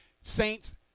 Saints